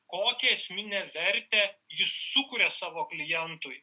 kokią esminę vertę jis sukuria savo klientui